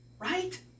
right